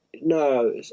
no